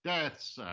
deaths,